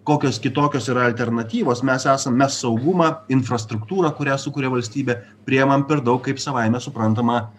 kokios kitokios yra alternatyvos mes esam mes saugumą infrastruktūrą kurią sukuria valstybę priimam per daug kaip savaime suprantamą